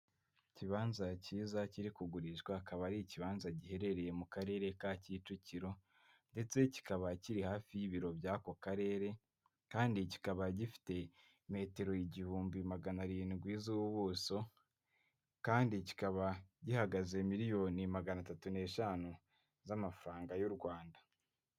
Ikibanza cyiza kiri kugurishwa akaba ari ikibanza giherereye mu karere ka Kicukiro ndetse kikaba kiri hafi y'ibiro by'ako karere, kandi kikaba gifite metero igihumbi magana arindwi z'ubuso, kandi kikaba gihagaze miliyoni magana atatu n'eshanu z'amafaranga y'u Rwanda.